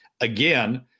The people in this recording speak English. Again